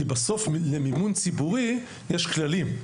כי בסוף למימון ציבורי יש כללים.